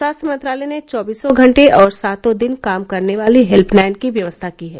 स्वास्थ्य मंत्रालय ने चौबीसों घंटे और सातों दिन काम करने वाली हेल्पलाइन की व्यवस्था की है